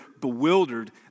bewildered